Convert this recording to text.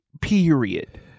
Period